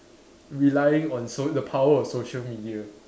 relying on so~ the power of social media